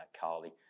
Carly